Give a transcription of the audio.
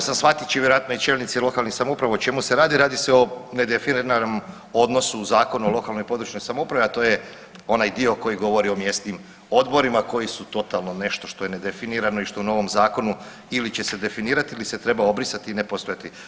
Shvatio sam shvatit će i vjerojatno i čelnici lokalnih samouprava o čemu se radi, radi se o nedefiniranom odnosu Zakona o lokalnoj i područnoj samoupravi, a to je onaj dio koji govorim o mjesnim odborima koji su totalno nešto što je nedefinirano i što u novom zakonu ili će se definirati ili se treba obrisati i ne postojati.